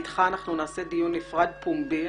איתך אנחנו נקיים דיון פומבי נפרד,